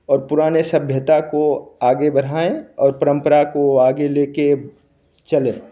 और पुराने सभ्यता को आगे बढ़ाएं और परंपरा को आगे ले के चले